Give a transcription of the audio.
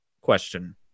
question